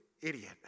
idiot